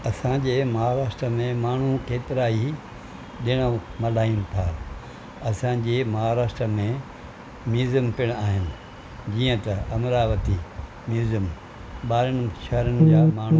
असां जे महाराष्ट्र में माण्हू केतिरा ई ॾिण मलाइनि था असां जे महराष्ट्र में म्युज़ियम पिणु आहिनि जींअ त अमरावती म्युज़ियम ॿाहिरनि शहरनि जा माण्हू